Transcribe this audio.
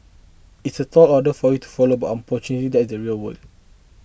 it's a tall order for you to follow but unfortunately that's the real world